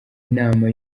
inama